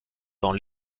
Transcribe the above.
dans